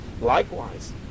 Likewise